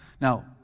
Now